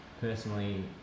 personally